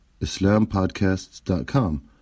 islampodcasts.com